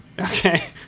okay